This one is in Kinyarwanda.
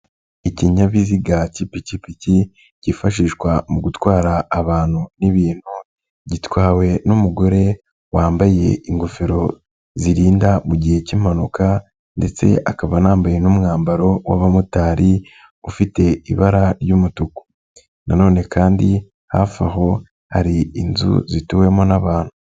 Ikinyabiziga k'ipikipiki kifashishwa mu gutwara abantu n'ibintu, gitwawe n'umugore wambaye ingofero zirinda mu gihe k'impanuka ,ndetse akaba anambaye n'umwambaro w'abamotari, ufite ibara ry'umutuku. Nanone kandi hafi aho hari inzu zituwemo n'abantu.